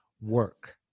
work